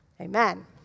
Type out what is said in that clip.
Amen